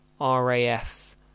RAF